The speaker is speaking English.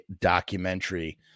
documentary